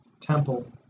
temple